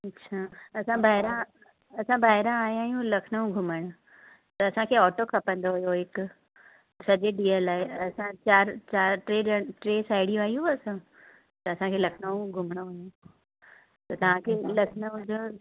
अच्छा असां ॿाहिरां असां ॿाहिरां आया आहियूं लखनऊ घुमण त असांखे ऑटो खपंदो हुओ हिकु सॼे ॾींहं लाइ असां चारि चारि टे ॼणा टे साहेड़ियूं आहियूं असां त असांखे लखनऊ घुमणो हुओ त तव्हांखे लखनऊ जो